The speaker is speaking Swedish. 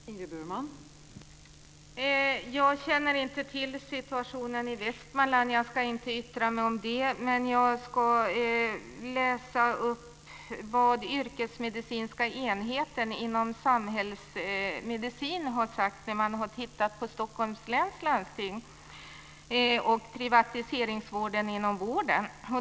Fru talman! Jag känner inte till situationen i Västmanland. Jag ska inte yttra mig om den. Men jag kan tala om vad den yrkesmedicinska enheten inom samhällmedicinen har sagt när man har tittat på Stockholms läns landsting och privatiseringsvågen inom vården.